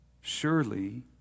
Surely